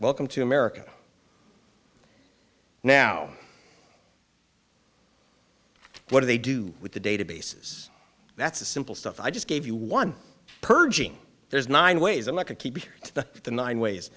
welcome to america now what do they do with the databases that's the simple stuff i just gave you one purging there's nine ways and like to keep the nine ways